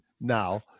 now